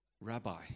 rabbi